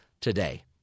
today